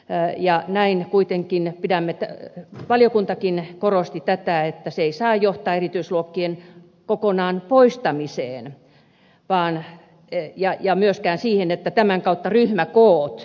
näin ja näin kuitenkin pidän mitä valiokuntakin korosti tätä että se ei saa johtaa erityisluokkien kokonaan poistamiseen eikä myöskään siihen että tämän kautta ryhmäkoot kasvaisivat